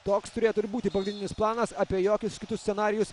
toks turėtų ir būti pagrindinis planas apie jokius kitus scenarijus